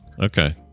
Okay